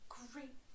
great